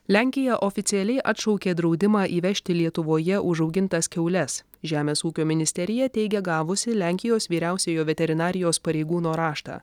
lenkija oficialiai atšaukė draudimą įvežti lietuvoje užaugintas kiaules žemės ūkio ministerija teigia gavusi lenkijos vyriausiojo veterinarijos pareigūno raštą